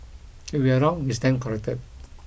if we are wrong we stand corrected